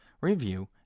review